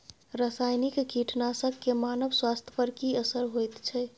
रसायनिक कीटनासक के मानव स्वास्थ्य पर की असर होयत छै?